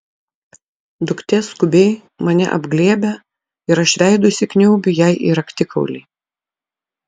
duktė skubiai mane apglėbia ir aš veidu įsikniaubiu jai į raktikaulį